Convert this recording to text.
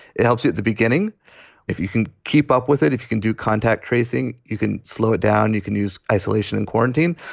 it helps you at the beginning if you can keep up with it, if you can do contact tracing. you can slow it down. you can use isolation and quarantine.